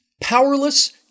powerless